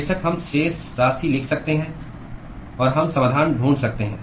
बेशक हम शेष राशि लिख सकते हैं और हम समाधान ढूंढ सकते हैं